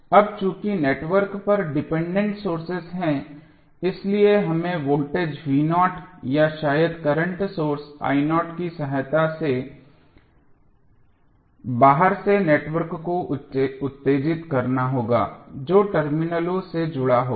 अब चूंकि नेटवर्क पर डिपेंडेंट सोर्स हैं इसलिए हमें वोल्टेज या शायद करंट सोर्स की सहायता से बाहर से नेटवर्क को उत्तेजित करना होगा जो टर्मिनलों से जुड़ा होगा